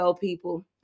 people